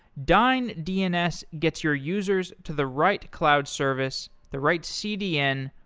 dyn dns gets your users to the right cloud service, the right cdn,